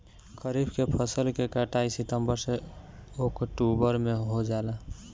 खरीफ के फसल के कटाई सितंबर से ओक्टुबर में हो जाला